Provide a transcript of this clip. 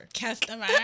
customer